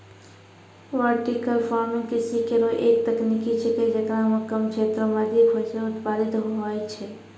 vertical farming कृषि केरो एक तकनीक छिकै, जेकरा म कम क्षेत्रो में अधिक फसल उत्पादित होय छै